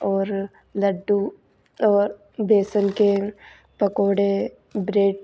और लड्डू और बेसन के पकोड़े ब्रेड